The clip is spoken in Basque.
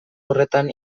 horretan